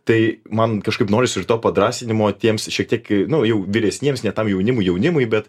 tai man kažkaip norisi ir to padrąsinimo tiems šiek tiek nu jau vyresniems ne tam jaunimui jaunimui bet